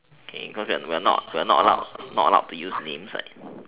okay because we're not we're not allowed not allowed to use names right